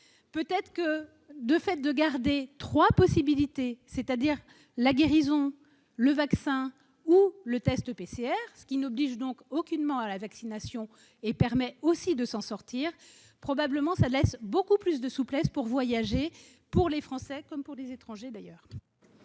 peut être que de fait de garder 3 possibilités, c'est-à-dire la guérison, le vaccin ou le test PCR, ce qui n'oblige donc aucunement à la vaccination et permet aussi de s'en sortir probablement ça laisse beaucoup plus de souplesse pour voyager pour les Français comme pour les étrangers d'ailleurs.